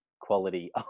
quality